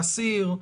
האסיר,